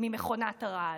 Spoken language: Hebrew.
ממכונת הרעל.